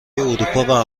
اروپا